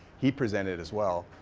he presented as well,